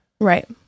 right